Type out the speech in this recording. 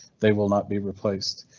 they will not be replaced.